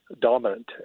dominant